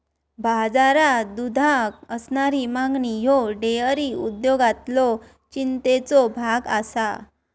बाजारात दुधाक असणारी मागणी ह्यो डेअरी उद्योगातलो चिंतेचो भाग आसा